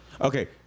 Okay